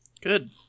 Good